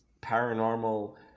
paranormal